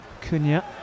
Cunha